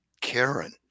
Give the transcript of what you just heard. Karen